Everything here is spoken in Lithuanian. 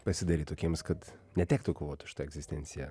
pasidaryt tokiems kad netektų kovot už tą egzistenciją